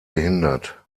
behindert